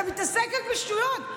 אתה מתעסק כאן בשטויות.